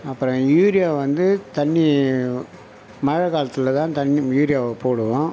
அப்புறம் யூரியா வந்து தண்ணி மழை காலத்தில் தான் தண்ணி யூரியாவை போடுவோம்